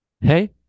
Hey